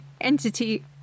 entity